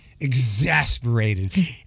exasperated